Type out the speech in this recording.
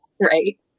Right